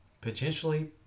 potentially